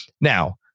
now